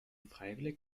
freiwillig